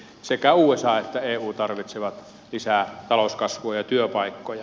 sekä usa että eu tarvitsee lisää talouskasvua ja työpaikkoja